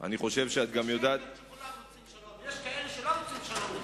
יש כאלה שלא רוצים שלום,